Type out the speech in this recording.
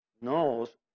knows